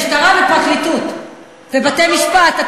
משטרה, ופרקליטות, ובתי-משפט.